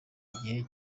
gihe